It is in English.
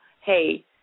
Hey